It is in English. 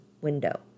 window